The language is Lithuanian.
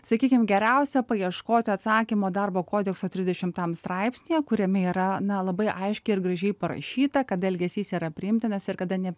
sakykim geriausia paieškoti atsakymo darbo kodekso trisdešimam straipsnyje kuriame yra na labai aiškiai ir gražiai parašyta kada elgesys yra priimtinas ir kada ne